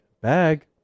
bag